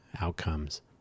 outcomes